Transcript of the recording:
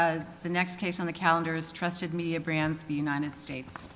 the next case on the calendar is trusted media brands the united states